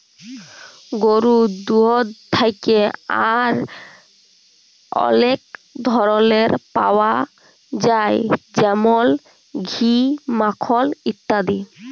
গরুর দুহুদ থ্যাকে আর অলেক ধরলের পাউয়া যায় যেমল ঘি, মাখল ইত্যাদি